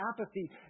apathy